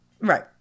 Right